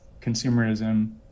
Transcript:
consumerism